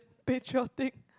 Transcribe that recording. patriotic